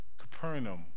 Capernaum